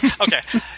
okay